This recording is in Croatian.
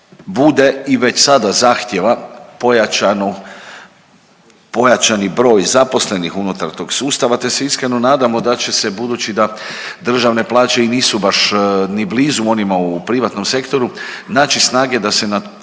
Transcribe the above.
bude i već i sada zahtjeva pojačanu, pojačani broj zaposlenih unutar tog sustava te se iskreno nadamo da će se budući da državne plaće i nisu baš ni blizu onima u privatnom sektoru, naći snage da se